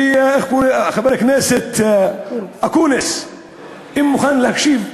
וחבר הכנסת אקוניס אם מוכן להקשיב,